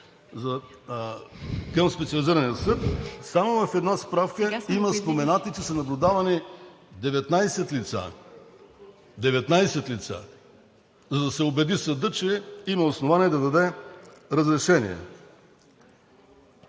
към Специализирания съд, само в една справка има споменати, че са наблюдавани 19 лица – 19 лица, за да се убеди съдът, че има основание да даде разрешение.